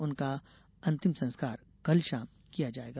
उनका अंतिम संस्कार कल शाम किया जायेगा